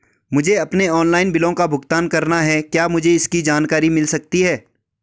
मुझे अपने ऑनलाइन बिलों का भुगतान करना है क्या मुझे इसकी जानकारी मिल सकती है?